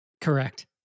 Correct